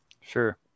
sure